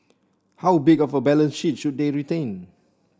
how big of a balance sheet should they retain